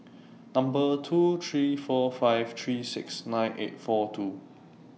Number two three four five three six nine eight four two